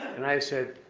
and i said,